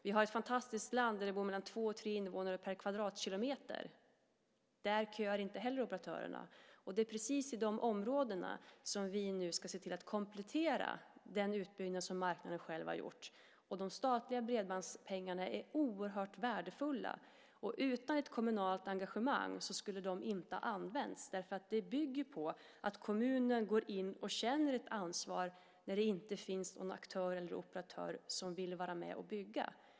Vi har ett fantastiskt land där det bor mellan två och tre invånare per kvadratkilometer. Där köar inte heller operatörerna. Det är precis i de områdena vi nu ska se till att komplettera den utbyggnad som marknaden själv har gjort. De statliga bredbandspengarna är oerhört värdefulla. Utan ett kommunalt engagemang skulle de inte ha använts. Det hela bygger på att kommunen går in och känner ett ansvar när det inte finns någon aktör eller operatör som vill vara med och bygga.